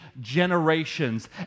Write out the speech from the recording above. generations